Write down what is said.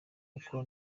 uko